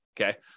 okay